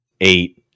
eight